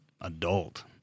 adult